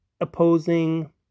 opposing